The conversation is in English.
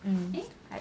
mm